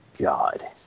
God